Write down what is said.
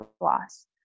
loss